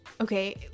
okay